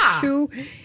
two